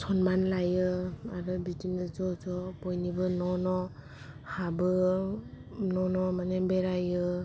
सनमान लायो आरो बिदिनो ज' ज' बयनिबो न' न' हाबो न' न' माने बेरायो